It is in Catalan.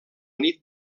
nit